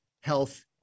Health